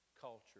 culture